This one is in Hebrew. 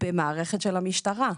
במערכת של המשטרה.